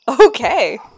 Okay